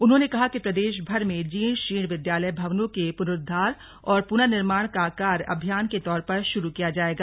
उन्होंने कहा कि प्रदेशभर में जीर्ण शीर्ण विद्यालय भवनों के पुनरूद्वार और पुनर्निर्माण का कार्य अभियान के तौर पर शुरू किया जाएगा